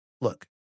look